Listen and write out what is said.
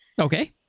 Okay